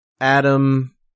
Adam